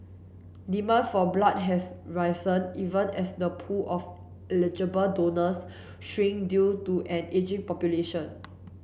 demand for blood has risen even as the pool of eligible donors shrink due to an ageing population